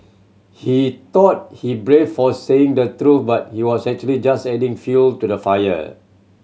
he thought he brave for saying the truth but he was actually just adding fuel to the fire